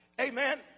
Amen